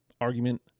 argument